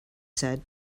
said